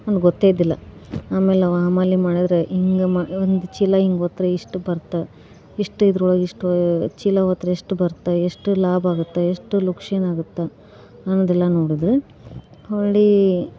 ಅವ್ನಿಗೆ ಗೊತ್ತೇ ಇದ್ದಿಲ್ಲ ಆಮೇಲೆ ಅವನು ಹಮಾಲಿ ಮಾಡಿದರೆ ಹಿಂಗೆ ಮಾ ಒಂದು ಚೀಲ ಹಿಂಗೆ ಹೊತ್ತರೆ ಇಷ್ಟು ಬರುತ್ತೆ ಇಷ್ಟುಇದರೊಳಗೆ ಇಷ್ಟು ಚೀಲ ಹೊತ್ತರೆ ಎಷ್ಟು ಬರುತ್ತೆ ಎಷ್ಟು ಲಾಭ ಆಗುತ್ತೆ ಎಷ್ಟು ಲುಕ್ಸಾನು ಆಗುತ್ತೆ ಅನ್ನೋದೆಲ್ಲ ನೋಡಿದರೆ ಹಳ್ಳಿ